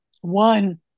One